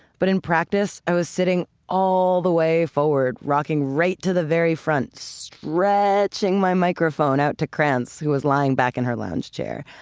but in practice i was sitting all the way forward, rocking right to the very front, stretching my microphone out to cranz, who was lying back in her lounge chair.